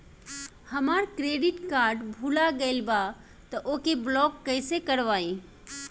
हमार credit card भुला गएल बा त ओके ब्लॉक कइसे करवाई?